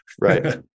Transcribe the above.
Right